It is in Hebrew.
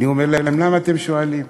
אני אומר להם: למה אתם שואלים?